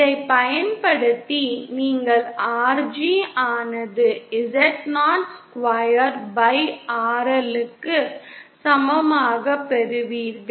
இதைப் பயன்படுத்தி நீங்கள் RG ஆனது Zo square by RL க்கு சமமாக பெறுவீர்கள்